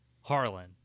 Harlan